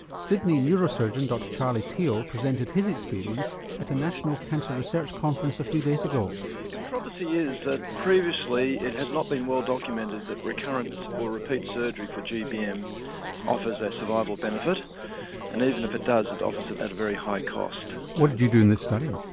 sydney neurosurgeon dr charlie teo presented his experience at a national cancer research conference a few days ago. the controversy is that previously it has not been well documented that recurrent or repeat surgery for gbm offers a survival benefit and even if it does it offers it at a very high cost. what did you do in this study?